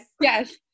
Yes